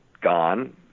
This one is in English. gone